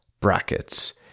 brackets